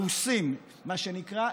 הרוסים, מה שנקרא: